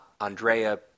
Andrea